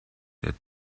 der